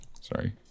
sorry